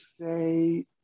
say